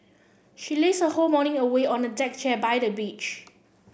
she lazed her whole morning away on a deck chair by the beach